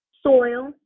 soil